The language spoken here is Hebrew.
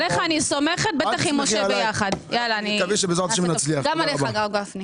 עליך אני סומכת; גם עליך, הרב גפני.